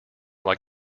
like